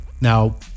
Now